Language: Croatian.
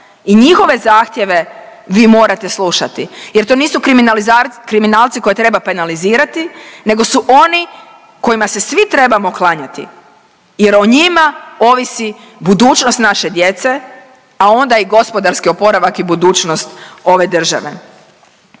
i njihove zahtjeve vi morate slušati jer to nisu kriminalci koje treba penalizirati nego su oni kojima se svi trebamo klanjati jer o njima ovisi budućnost naše djece, a onda i gospodarski oporavak i budućnost ove države.